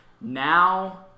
Now